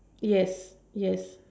yes